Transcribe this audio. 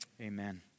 amen